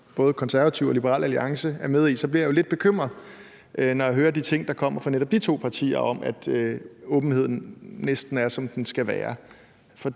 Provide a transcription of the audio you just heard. både Konservative og Liberal Alliance er med i, så bliver jeg jo lidt bekymret, når jeg hører de ting, der kommer fra netop de to partier, om, at det med hensyn til åbenheden næsten er, som det skal være.